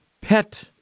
pet